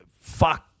fuck